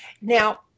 Now